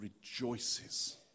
rejoices